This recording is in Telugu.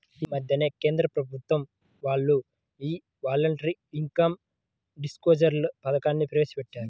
యీ మద్దెనే కేంద్ర ప్రభుత్వం వాళ్ళు యీ వాలంటరీ ఇన్కం డిస్క్లోజర్ పథకాన్ని ప్రవేశపెట్టారు